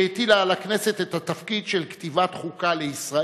שהטילה על הכנסת את התפקיד של כתיבת חוקה לישראל,